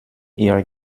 ihre